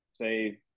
say